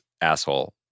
asshole